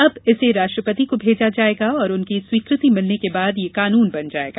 अब इसे राष्ट्रपति को भेजा जाएगा और उनकी स्वीकृति मिलने के बाद यह कानून बन जाएगा